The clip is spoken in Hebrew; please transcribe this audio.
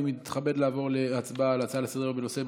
אני מתכבד לעבור להצבעה על ההצעה לסדר-היום בנושא: